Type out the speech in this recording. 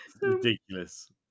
Ridiculous